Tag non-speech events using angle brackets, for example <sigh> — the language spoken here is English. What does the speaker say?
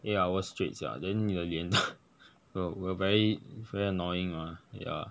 eight hours straight sia then 你的脸 <laughs> will very very annoying ah yeah